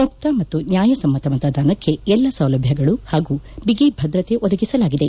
ಮುಕ್ತ ಮತ್ತು ನ್ಯಾಯಸಮ್ಮತ ಮತೆದಾನಕ್ಕೆ ಎಲ್ಲ ಸೌಲಭ್ಯಗಳು ಹಾಗೂ ಬಿಗಿ ಭದ್ರತೆ ಒದಗಿಸಲಾಗಿದೆ